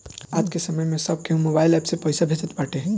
आजके समय में सब केहू मोबाइल एप्प से पईसा भेजत बाटे